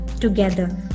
together